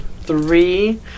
three